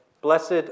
blessed